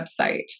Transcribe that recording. website